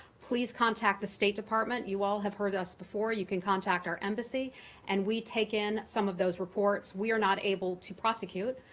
please contact the state department. you all have heard us before. you can contact our embassy and we take in some of those reports. we are not able to prosecute,